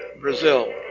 Brazil